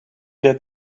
der